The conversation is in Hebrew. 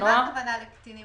מה הכוונה בקטינים?